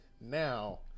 now